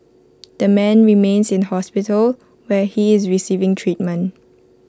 the man remains in hospital where he is receiving treatment